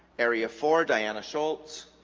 area for diana schultz